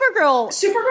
Supergirl